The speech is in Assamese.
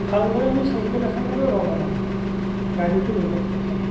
ভালদৰে আমি চাইকেল এখনেৰেও যাব নোৱাৰোঁ গাড়ীতো বেলেগ কথা